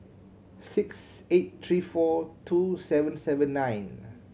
six eight three four two seven seven nine